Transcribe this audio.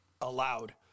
allowed